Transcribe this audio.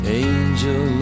angel